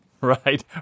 Right